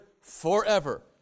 forever